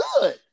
good